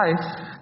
life